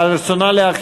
בממשלה.